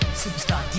superstar